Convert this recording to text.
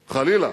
חלילה,